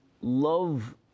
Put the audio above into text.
love